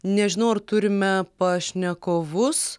nežinau ar turime pašnekovus